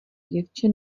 děvče